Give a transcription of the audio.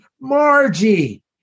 Margie